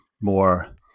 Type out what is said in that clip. more